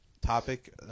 topic